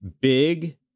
big